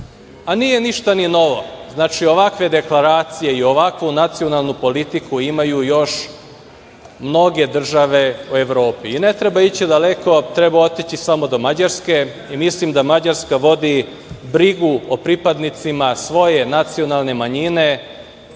a nije ništa ni novo. Znači, ovakve deklaracije i ovakvu nacionalnu politiku imaju još mnoge države u Evropi. Ne treba ići daleko, treba otići samo do Mađarske i mislim da Mađarska vodi brigu o pripadnicima svoje nacionalne manjine